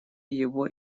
его